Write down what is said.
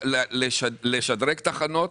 ולשדרג תחנות.